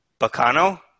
Bacano